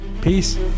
peace